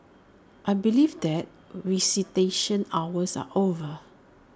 I believe that visitation hours are over